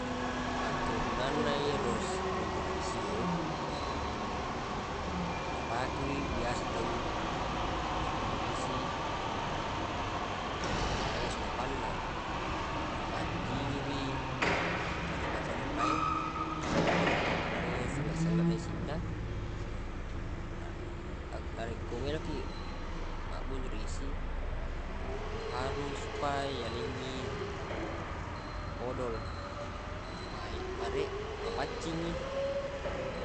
Akkegunanna yero bunduruq isi e napake wi biasa tau mabbunduruq isi ri lalenna sumpanna napaccingi wi carepa-carepa e akko selleq-selleq na isinna narekko meloq kiq mabbunduruq isi harus pa yalengngi odol supay- bareq mapaccingngi